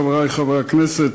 חברי חברי הכנסת,